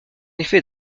effet